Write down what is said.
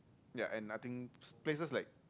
ya and I think places like